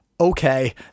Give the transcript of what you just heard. Okay